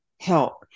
help